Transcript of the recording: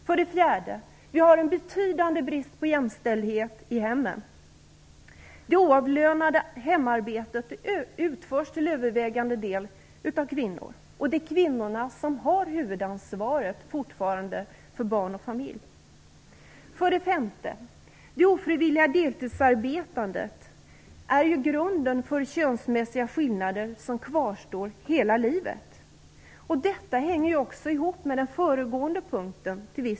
För det fjärde: Det råder en betydande brist på jämställdhet i hemmen. Det oavlönade hemarbetet utförs till övervägande del av kvinnor, och det är kvinnorna som fortfarande har huvudansvaret för barn och familj. För det femte: Det ofrivilliga deltidsarbetandet är grunden för könsmässiga skillnader som kvarstår hela livet. Detta hänger till viss del också ihop med den föregående punkten.